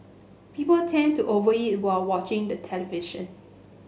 people tend to over eat while watching the television